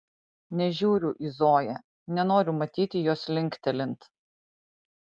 nežiūriu į zoją nenoriu matyti jos linktelint